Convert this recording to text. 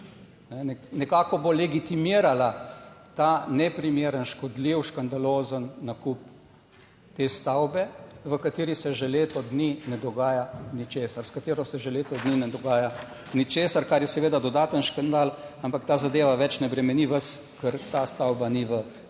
Nekako bo legitimirala ta neprimeren, škodljiv, škandalozen nakup te stavbe, v kateri se že leto dni ne dogaja ničesar. S katero se že leto dni ne dogaja ničesar, kar je seveda dodaten škandal, ampak ta zadeva več ne bremeni vas, ker ta stavba ni v